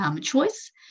choice